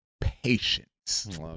patience